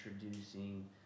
introducing